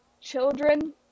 children